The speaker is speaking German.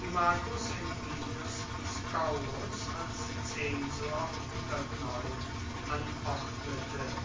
die marcus aemilius scaurus als zensor anordnete